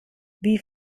wie